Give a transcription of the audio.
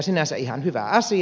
sinänsä ihan hyvä asia